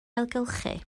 ailgylchu